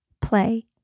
play